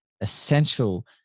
essential